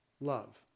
Love